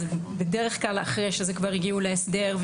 בדרך כלל זה אחרי שכבר הגיעו להסדר,